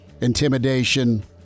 intimidation